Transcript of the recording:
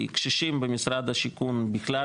כי קשישים במשרד השיכון בכלל,